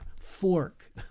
fork